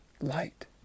light